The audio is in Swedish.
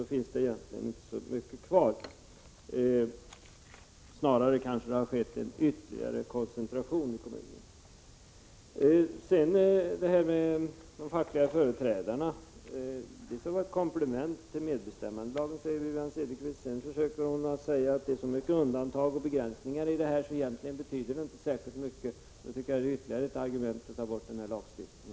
Då finns egentligen inte så mycket kvar. Snarare har det skett en ytterligare koncentration. De fackliga företrädarna skall vara ett komplement till medbestämmandelagen, säger Wivi-Anne Cederqvist. Sedan försöker hon säga att det finns så många undantag och så mycket begränsningar att lagen egentligen inte betyder särskilt mycket. Det tycker jag är ytterligare ett argument för att ta bort denna lagstiftning.